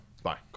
Bye